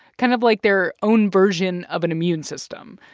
kind of like their own version of an immune system.